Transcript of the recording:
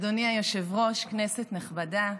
אדוני היושב-ראש, כנסת נכבדה,